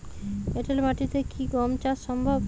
এঁটেল মাটিতে কি গম চাষ সম্ভব?